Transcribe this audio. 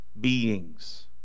beings